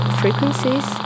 frequencies